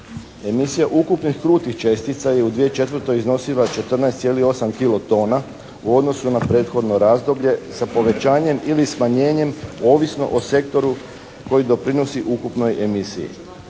Emisija ukupnih krutih čestica je u 2004. iznosila 14,8 kilotona u odnosu na prethodno razdoblje sa povećanjem ili smanjenjem ovisno o sektoru koji doprinosi ukupnoj emisiji.